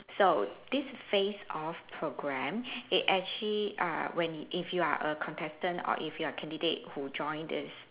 so this face off program it actually uh when if you are a contestant or if you are a candidate who join this